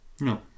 No